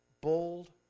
bold